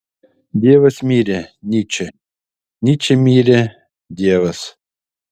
dievas mirė nyčė nyčė mirė dievas